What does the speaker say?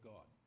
God